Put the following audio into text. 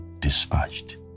dispatched